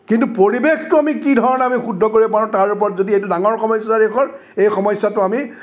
কিন্তু পৰিৱেশটো আমি কি ধৰণে আমি শুদ্ধ কৰিব পাৰোঁ তাৰ ওপৰত যদি এইটো ডাঙৰ সমস্যা দেশৰ এই সমস্যাটো আমি